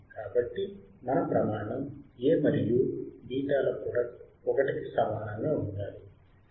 కాబట్టి మన ప్రమాణం A మరియు β ల ప్రోడక్ట్ 1 కి సమానముగా ఉండాలి